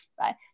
right